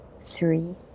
three